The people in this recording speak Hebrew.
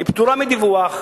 היא פטורה מדיווח,